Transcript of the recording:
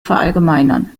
verallgemeinern